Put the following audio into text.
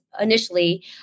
initially